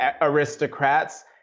aristocrats